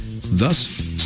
Thus